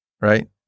right